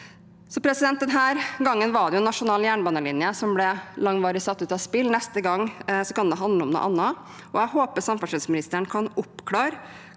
vurderer det. Denne gangen var det en nasjonal jernbanelinje som langvarig ble satt ut av spill. Neste gang kan det handle om noe annet. Jeg håper samferdselsministeren kan oppklare